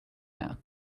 air